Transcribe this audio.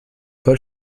paul